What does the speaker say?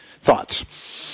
thoughts